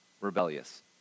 rebellious